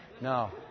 No